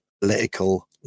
political